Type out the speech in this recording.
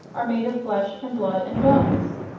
are made of flesh and blood and bones.